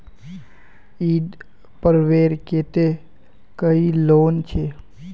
ईद पर्वेर केते कोई लोन छे?